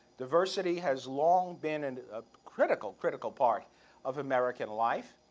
diversity has long been and a critical, critical part of american life.